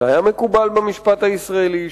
שהיה מקובל במשפט הישראלי,